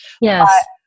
Yes